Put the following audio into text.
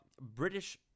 British